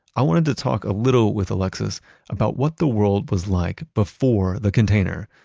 i wanted to talk a little with alexis about what the world was like before the container,